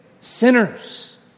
Sinners